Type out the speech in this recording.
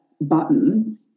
button